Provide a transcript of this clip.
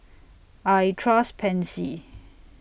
I Trust Pansy